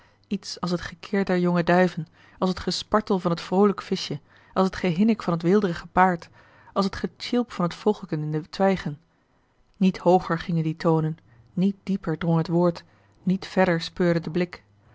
iets als het gekir der jonge duiven als het gespartel van t vroolijke vischje als t gehinnik van t weelderige paard als het getjilp van t vogelkijn in de twijgen niet hooger gingen die toonen niet dieper drong het woord niet verder speurde de blik